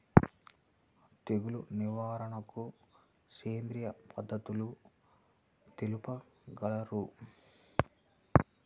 తెగులు నివారణకు సేంద్రియ పద్ధతులు తెలుపగలరు?